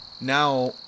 now